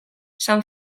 san